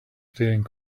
staring